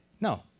No